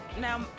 now